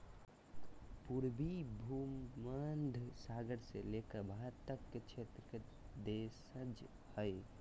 पूर्वी भूमध्य सागर से लेकर भारत तक के क्षेत्र के देशज हइ